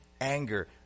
anger